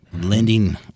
lending